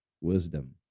Wisdom